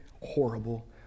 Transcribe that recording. horrible